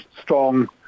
strong